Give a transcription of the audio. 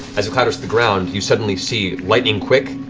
as it clatters to the ground, you suddenly see, lightning-quick,